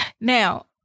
now